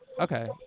Okay